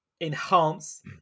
enhance